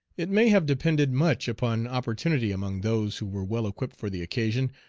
it may have depended much upon opportunity among those who were well equipped for the occasion,